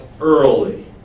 early